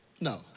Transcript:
No